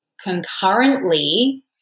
concurrently